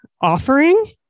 offering